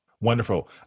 Wonderful